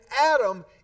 Adam